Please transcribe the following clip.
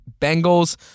Bengals